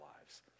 lives